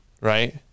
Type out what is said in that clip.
right